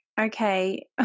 okay